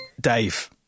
Dave